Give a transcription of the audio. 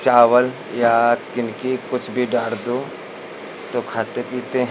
चावल या किनकी कुछ भी डार दो तो खाते पीते हैं